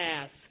ask